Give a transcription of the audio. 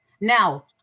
Now